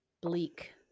bleak